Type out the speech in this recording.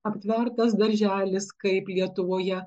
aptvertas darželis kaip lietuvoje